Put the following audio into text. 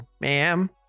ma'am